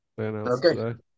Okay